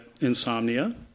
insomnia